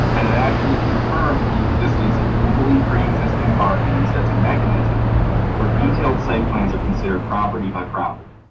actually confirms the existence of legally preexisting parking and sets a mechanism where detailed site plans are considered property by property.